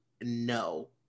no